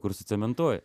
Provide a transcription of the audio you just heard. kur sucementuoja